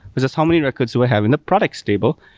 versus how many records do i have in the products table.